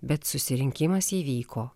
bet susirinkimas įvyko